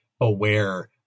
aware